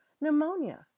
pneumonia